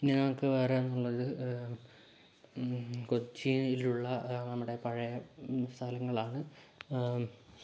ഞങ്ങൾക്ക് വേറെയെന്നുള്ളത് കൊച്ചിയിലുള്ള നമ്മുടെ പഴയ സ്ഥലങ്ങളാണ്